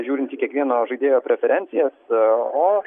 žiūrint į kiekvieno žaidėjo preferencijas o